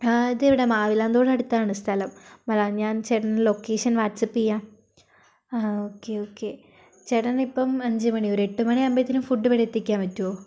ആ ഇത് ഇവിടെ മാവിലാന്തോട് അടുത്താണ് സ്ഥലം ഞാൻ ചേട്ടന് ലൊക്കേഷൻ വാട്സ്ആപ്പ് ചെയ്യാം ആ ഒക്കെ ഒക്കെ ചേട്ടൻ ഇപ്പം അഞ്ചുമണി ഒരു എട്ടുമണി ആകുമ്പതേനും ഫുഡ് ഇവിടെ എത്തിക്കാൻ പറ്റോ